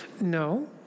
No